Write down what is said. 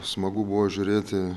smagu buvo žiūrėti